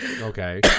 Okay